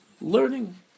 learning